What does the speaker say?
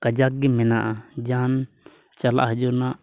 ᱠᱟᱡᱟᱠ ᱜᱮ ᱢᱮᱱᱟᱜᱼᱟ ᱡᱟᱦᱟᱱ ᱪᱟᱞᱟᱜ ᱦᱤᱡᱩᱜ ᱨᱮᱱᱟᱜ